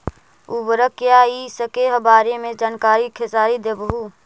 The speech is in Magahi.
उर्वरक क्या इ सके बारे मे जानकारी खेसारी देबहू?